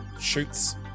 shoots